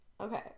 Okay